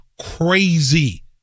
crazy